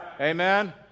Amen